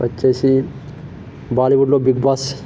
వచ్చేసి బాలీవుడ్లో Bigg boss